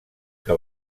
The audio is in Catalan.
que